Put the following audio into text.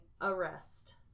arrest